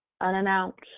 unannounced